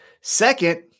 Second